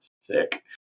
sick